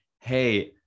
hey